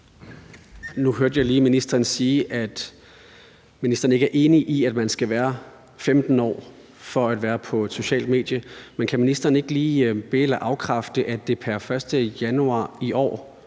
ministeren ikke er enig i, at man skal være 15 år for at være på et socialt medie. Men kan ministeren ikke lige be- eller afkræfte, at det pr. 1. januar i år